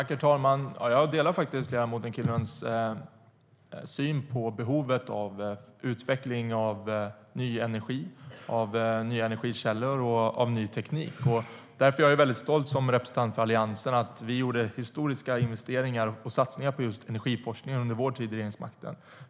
Herr talman! Jag delar ledamoten Kinnunens syn på behovet av utveckling av ny energi, av nya energikällor och av ny teknik. Därför är jag som representant för Alliansen väldigt stolt över att vi gjorde historiska investeringar och satsningar på just energiforskning under vår tid vid regeringsmakten.